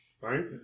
right